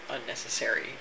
unnecessary